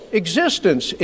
existence